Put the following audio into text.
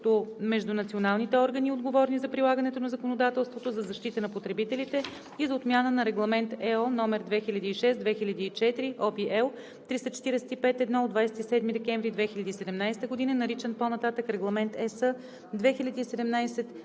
между националните органи, отговорни за прилагането на законодателството за защита на потребителите и за отмяна на Регламент (ЕО) № 2006/2004 (ОВ, L 345/1 от 27 декември 2017 г.), наричан по-нататък „Регламент (ЕС) 2017/2394“,